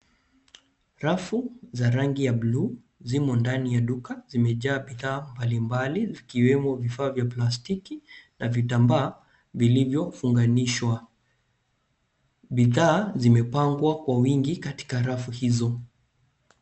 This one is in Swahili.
Rafu za rangi ya buluu zimo ndani ya duka zimejaa bidhaa mbali mbali vikiwemo vifaa vya plastiki na vitambaa vilivyounganishwa bidhaa zimepangwa kwa wingi katika rafu hizo.